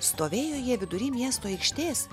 stovėjo jie vidury miesto aikštės